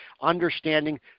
understanding